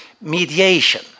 Mediation